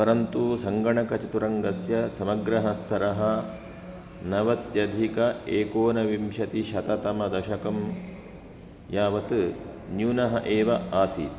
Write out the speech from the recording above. परन्तु सङ्गणकचतुरङ्गस्य समग्रः स्तरः नवत्यधिक एकनोविंशतिशततमदशकं यावत् न्यूनः एव आसीत्